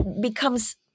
becomes